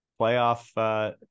playoff